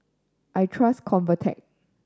I trust Convatec